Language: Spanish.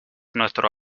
nuestro